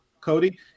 Cody